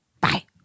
Bye